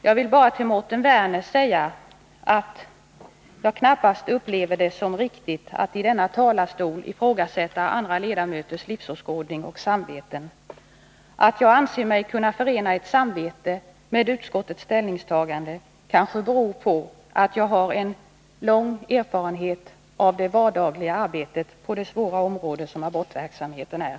Jag vill bara till Mårten Werner säga att jag knappast upplever det som riktigt att i denna talarstol ifrågasätta andra ledamöters livsåskådning och samveten. Att jag anser mig kunna förena ett samvete med utskottets ställningstagande kanske beror på att jag har en lång erfarenhet av det vardagliga arbetet på det svåra område som abortverksamheten är.